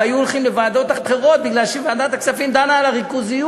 הם היו הולכים לוועדות אחרות בגלל שוועדת הכספים דנה על הריכוזיות.